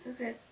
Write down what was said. Okay